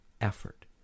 effort